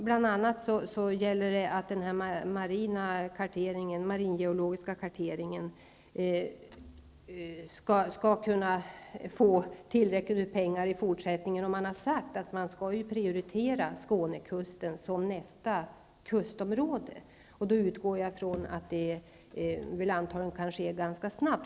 Bl.a. gäller det den maringeologiska karteringen, för vilken tillräckligt med pengar måste utgå i fortsättningen. Man har ju sagt att Skånekusten skall vara nästa kustområde som prioriteras. Jag utgår från att det kan ske ganska snabbt.